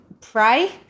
pray